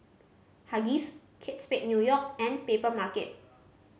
Huggies Kate Spade New York and Papermarket